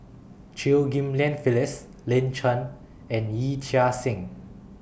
Chew Ghim Lian Phyllis Lin Chen and Yee Chia Hsing